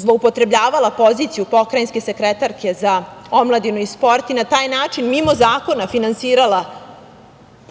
zloupotrebljavala poziciju pokrajinske sekretarke za omladinu i sport i na taj način, mimo zakona, finansirala